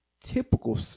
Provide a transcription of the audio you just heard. typical